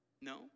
No